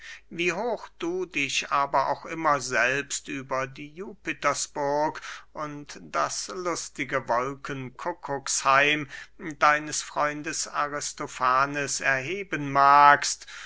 wie hoch du dich aber auch immer selbst über die jupitersburg und das luftige wolkenkuckuksheim deines freundes aristofanes erheben magst